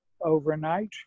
overnight